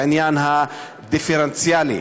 בעניין הדיפרנציאלי,